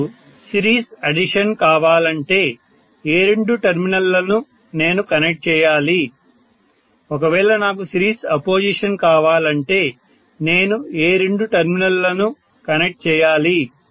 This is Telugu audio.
నాకు సిరీస్ అడిషన్ కావాలంటే ఏ రెండు టెర్మినల్లను నేను కనెక్ట్ చేయాలి ఒకవేళ నాకు సిరీస్ అపోజిషన్ కావాలంటే నేను ఏ రెండు టెర్మినల్లను కనెక్ట్ చేయాలి